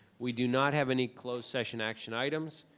we do not have any closed session action items,